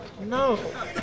No